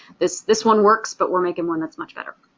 this this one works but we're making one that's much better.